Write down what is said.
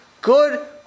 Good